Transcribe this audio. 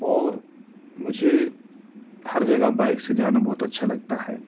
اور مجھے ہر جگہ بائیک سے جانا بہت اچھا لگتا ہے